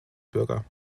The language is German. bürger